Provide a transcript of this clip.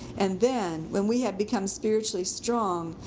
and then when we had become spiritually strong,